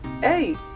hey